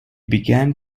began